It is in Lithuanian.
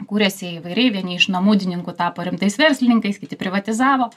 kuriasi įvairiai vieni iš namudininkų tapo rimtais verslininkais kiti privatizavo